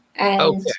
Okay